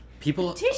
People